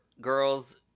girls